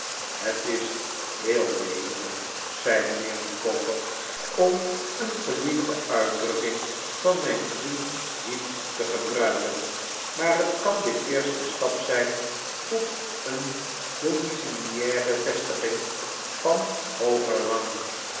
het is heel nederig zei mijnheer micawber om een gelie'fde uitdrukking van mijn vriend heep te gebruiken maar het kan de eerste stap zijn tot een domiciliaire vestiging van hooger rang